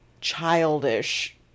childish